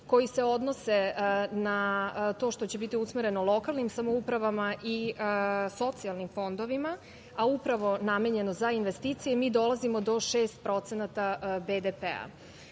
koji se odnose na to što će biti usmereno lokalnim samoupravama i socijalnim fondovima, a upravo namenjeno za investicije, mi dolazimo do 6% BDP.Iz